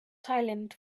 silent